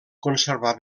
conservar